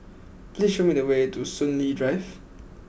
please show me the way to Soon Lee Drive